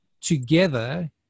together